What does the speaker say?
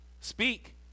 Speak